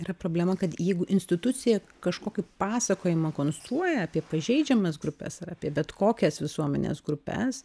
yra problema kad jeigu institucija kažkokį pasakojimą konstruoja apie pažeidžiamas grupes ar apie bet kokias visuomenės grupes